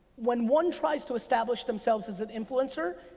when one tries to establish themselves as an influencer,